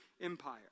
Empire